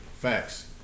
Facts